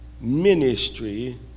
ministry